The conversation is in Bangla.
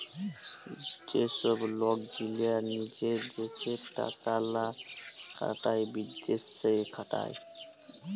যে ছব লক গীলা লিজের দ্যাশে টাকা লা খাটায় বিদ্যাশে খাটায়